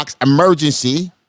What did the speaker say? emergency